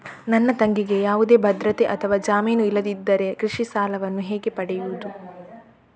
ನನ್ನ ತಂಗಿಗೆ ಯಾವುದೇ ಭದ್ರತೆ ಅಥವಾ ಜಾಮೀನು ಇಲ್ಲದಿದ್ದರೆ ಕೃಷಿ ಸಾಲವನ್ನು ಹೇಗೆ ಪಡೆಯುದು?